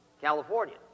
California